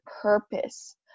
purpose